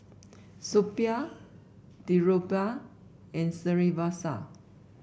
Suppiah Dhirubhai and Srinivasa